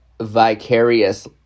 vicarious